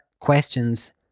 questions